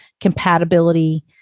compatibility